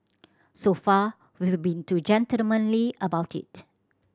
so far we've been too gentlemanly about it